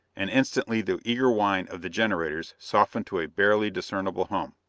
and instantly the eager whine of the generators softened to a barely discernible hum.